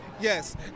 Yes